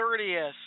30th